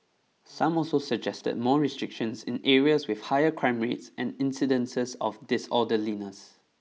some also suggested more restrictions in areas with higher crime rates and incidences of disorderliness